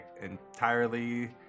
entirely